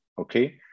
Okay